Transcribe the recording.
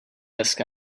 desk